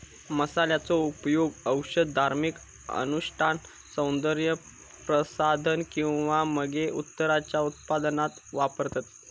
मसाल्यांचो उपयोग औषध, धार्मिक अनुष्ठान, सौन्दर्य प्रसाधन किंवा मगे उत्तराच्या उत्पादनात वापरतत